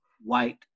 white